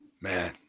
man